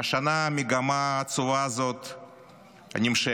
והשנה, המגמה העצובה הזאת נמשכת.